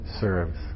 serves